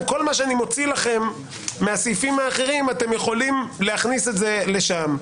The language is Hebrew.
כל מה שאני מוציא לכם מהסעיפים האחרים אתם תוכלו להכניס לשם.